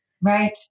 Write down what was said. Right